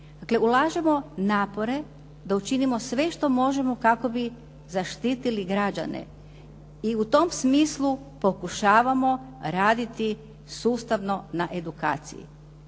ulažemo napore da učinimo sve što možemo kako bi zaštitili građane. I u tom smislu pokušavamo raditi sustavno na edukaciji.